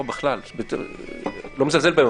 זה המודל.